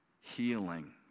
healing